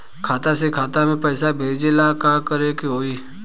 खाता से खाता मे पैसा भेजे ला का करे के होई?